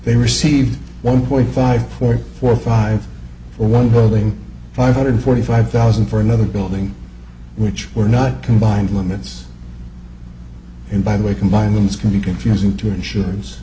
they received one point five four for five or one building five hundred forty five thousand for another building which were not combined limits and by the way combining this can be confusing to insurance